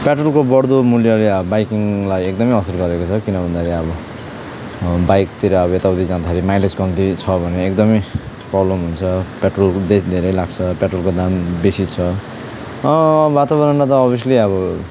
पेट्रोलको बढ्दो मूल्यले अब बाइकिङलाई एकदमै असर गरेको छ किन भन्दाखेरि अब बाइकतिर अब यताउति जाँदाखेरि माइलेज कम्ती छ भने एकदमै प्रब्लम हुन्छ पेट्रोल उल्टै धेरै लाग्छ पेट्रोलको दाम बेसी छ वातावरणमा त अभ्यस्ली अब